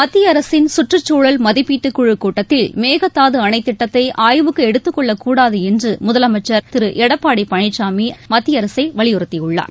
மத்திய அரசின் சுற்றுச்சூழல் மதிப்பீட்டுக்குழு கூட்டத்தில் மேகதாது அணை திட்டத்தை ஆய்வுக்கு எடுத்துக் கொள்ளக் கூடாது என்று முதலமைச்சர் எடப்பாடி திரு பழனிசாமி மத்திய அரசை வலியுறுத்தியுள்ளார்